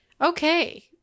okay